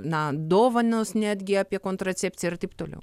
na dovanos netgi apie kontracepciją ir taip toliau